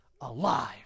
alive